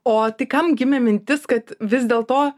o tai kam gimė mintis kad vis dėl to